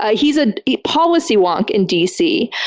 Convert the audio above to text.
ah he's ah a policy-wonk in d. c.